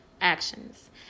actions